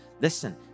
Listen